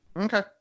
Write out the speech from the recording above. okay